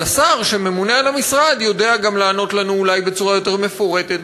אבל השר שממונה על המשרד יודע גם לענות לנו אולי בצורה יותר מפורטת,